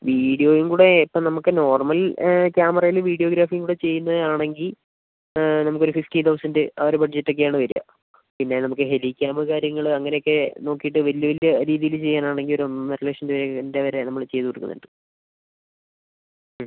വീഡിയോയും കൂടെ ഇപ്പം നമുക്ക് നോർമൽ ക്യാമറയിൽ വീഡിയോഗ്രാഫിയും കൂടെ ചെയ്യുന്നതാണെങ്കിൽ നമുക്കൊരു ഫിഫ്റ്റി തൗസൻറ് ആ ഒരു ബഡ്ജറ്റൊക്കെയാണ് വരിക പിന്നെ നമുക്ക് ഹെലിക്യാമ് കാര്യങ്ങള് അങ്ങനെയൊക്കെ നോക്കിയിട്ട് വലിയ വലിയ രീതിയിൽ ചെയ്യാനാണെങ്കിൽ ഒരു ഒന്നൊന്നരലക്ഷം രൂപേൻ്റെ വരെ നമ്മള് ചെയ്തു കൊടുക്കുന്നുണ്ട് മ്